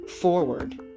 forward